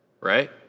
right